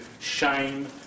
shame